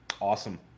Awesome